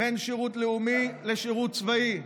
בין שירות לאומי לשירות צבאי,